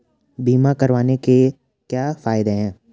बीमा करवाने के क्या फायदे हैं?